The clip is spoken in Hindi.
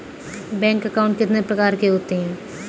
बैंक अकाउंट कितने प्रकार के होते हैं?